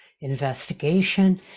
investigation